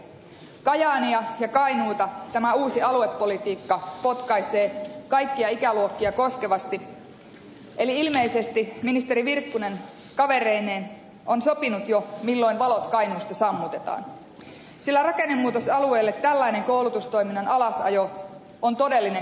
kajaania ja kainuuta tämä uusi aluepolitiikka potkaisee kaikkia ikäluokkia koskevasti eli ilmeisesti ministeri virkkunen kavereineen on sopinut jo milloin valot kainuusta sammutetaan sillä rakennemuutosalueelle tällainen koulutustoiminnan alasajo on todellinen kuoleman suudelma